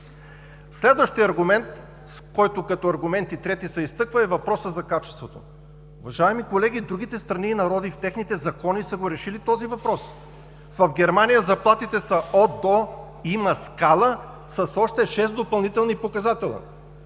Следващият аргумент, който се изтъква като аргумент трети, е въпросът за качеството. Уважаеми колеги, другите страни и народи в техните закони са решили този въпрос. В Германия заплатите са от – до, има скала с още шест допълнителни показатели